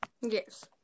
Yes